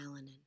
Melanin